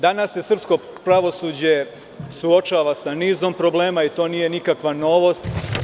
Danas se srpsko pravosuđe suočava sa nizom problema i to nije nikakva novost.